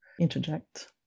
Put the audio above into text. interject